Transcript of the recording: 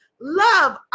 Love